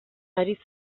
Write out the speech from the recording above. ari